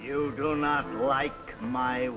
you do not like my